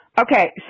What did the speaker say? Okay